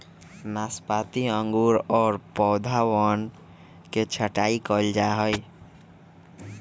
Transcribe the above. नाशपाती अंगूर और सब के पौधवन के छटाई कइल जाहई